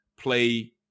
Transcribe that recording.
play